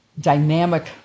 dynamic